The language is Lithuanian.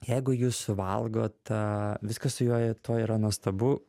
jeigu jūs suvalgot viskas su juo tuo yra nuostabu